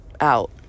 out